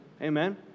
Amen